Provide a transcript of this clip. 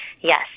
yes